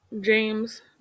James